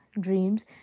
dreams